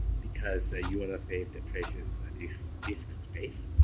because ah you wanna save the precious disk disk space.